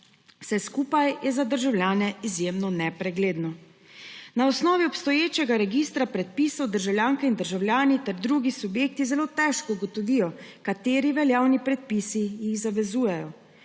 Vse skupaj je za državljane izjemno nepregledno. Na osnovi obstoječega registra predpisov državljanke in državljani ter drugi subjekti zelo težko ugotovijo, kateri veljavni predpisi jih zavezujejo.